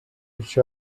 each